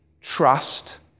trust